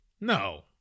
No